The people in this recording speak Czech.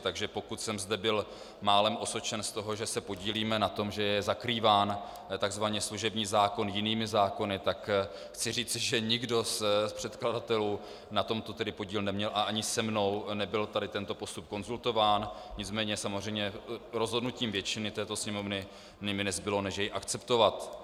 Takže pokud jsem zde byl málem osočen z toho, že se podílíme na tom, že je zakrýván takzvaně služební zákon jinými zákony, tak chci říci, že nikdo z předkladatelů na tom podíl neměl a ani se mnou tady nebyl tento postup konzultován, nicméně samozřejmě rozhodnutím většiny této Sněmovny mi nezbylo než jej akceptovat.